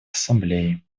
ассамблеи